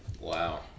Wow